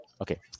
Okay